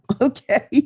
Okay